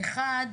אחת,